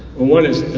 one is,